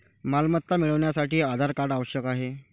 मालमत्ता मिळवण्यासाठी आधार कार्ड आवश्यक आहे